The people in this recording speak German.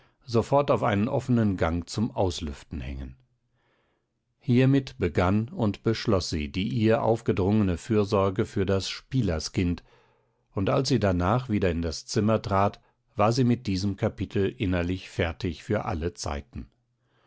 sofort auf einen offenen gang zum auslüften hängen hiermit begann und beschloß sie die ihr aufgedrungene fürsorge für das spielerskind und als sie danach wieder in das zimmer trat war sie mit diesem kapitel innerlich fertig für alle zeiten